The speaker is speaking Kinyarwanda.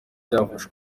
cyafashe